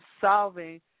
solving